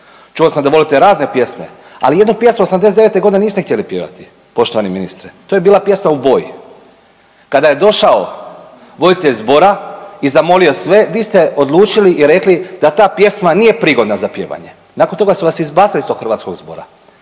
čuo sam da volite razne pjesme, ali jednu pjesmu '89.g. niste htjeli pjevati poštovani ministre, to je bila pjesma „U boj“. Kada je došao voditelj zbora i zamolio sve vi ste odlučili i rekli da ta pjesma nije prigodna za pjevanje, nakon toga su vas izbacili iz tog hrvatskog zbor.